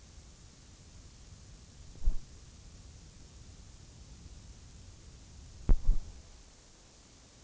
Detta skedde, enligt uppgift, utan några överläggningar med huvudmannen för skolan, Värmlands läns landsting.